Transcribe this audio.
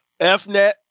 Fnet